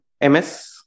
MS